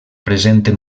presenten